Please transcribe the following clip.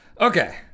Okay